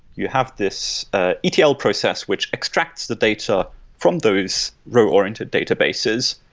you have this ah etl process which extracts the data from those row-oriented databases.